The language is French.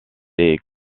est